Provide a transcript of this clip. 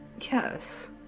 Yes